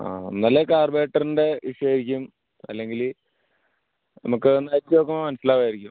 ആ ഒന്നുമല്ലെങ്കില് കാർ ബാറ്ററീൻ്റെ ഇഷ്യൂ ആയിരിക്കും അല്ലെങ്കില് നമുക്ക് ഒന്ന് അഴിച്ചുനോക്കുമ്പോള് മനസ്സിലാവുമായിരിക്കും